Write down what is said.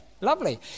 Lovely